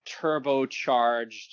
turbocharged